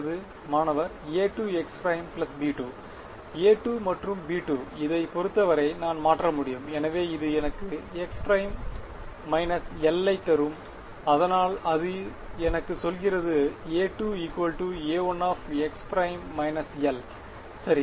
மாணவர்A2x ′ B2 A2 மற்றும் B2இதைப் பொறுத்தவரை நான் மாற்ற முடியும் எனவே இது எனக்கு x′ l ஐ தரும் அதனால் அது எனக்கு சொல்கிறது A2 A1 x′ l சரி